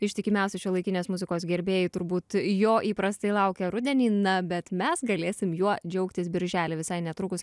ištikimiausi šiuolaikinės muzikos gerbėjai turbūt jo įprastai laukia rudenį na bet mes galėsim juo džiaugtis birželį visai netrukus